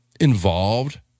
involved